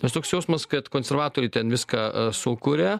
nes toks jausmas kad konservatoriai ten viską sukuria